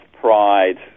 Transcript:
pride